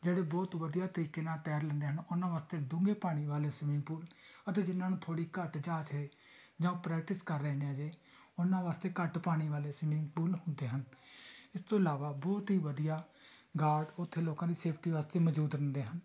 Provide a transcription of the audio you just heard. ਜਿਹੜੇ ਬਹੁਤ ਵਧੀਆ ਤਰੀਕੇ ਨਾਲ ਤੈਰ ਲੈਂਦੇ ਹਨ ਉਹਨਾਂ ਵਾਸਤੇ ਡੂੰਘੇ ਪਾਣੀ ਵਾਲੇ ਸਵੀਮਿੰਗ ਪੂਲ ਅਤੇ ਜਿਨ੍ਹਾਂ ਨੂੰ ਥੋੜ੍ਹੀ ਘੱਟ ਜਾਂਚ ਹੈ ਜਾਂ ਉਹ ਪ੍ਰੈਕਟਿਸ ਕਰ ਰਹੇ ਨੇ ਹਜੇ ਉਹਨਾਂ ਵਾਸਤੇ ਘੱਟ ਪਾਣੀ ਵਾਲੇ ਸਵੀਮਿੰਗ ਪੂਲ ਹੁੰਦੇ ਹਨ ਇਸ ਤੋਂ ਇਲਾਵਾ ਬਹੁਤ ਹੀ ਵਧੀਆ ਗਾਰਡ ਉੱਥੇ ਲੋਕਾਂ ਦੀ ਸੇਫਟੀ ਵਾਸਤੇ ਮੌਜੂਦ ਰਹਿੰਦੇ ਹਨ